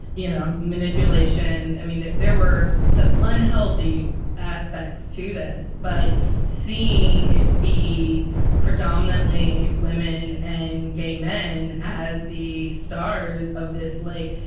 you know, manipulation. i mean, there there were some unhealthy aspects to this. but seeing it be predominantly women and gay men as the stars of this league,